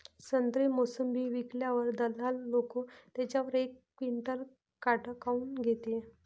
संत्रे, मोसंबी विकल्यावर दलाल लोकं त्याच्यावर एक क्विंटल काट काऊन घेते?